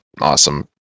awesome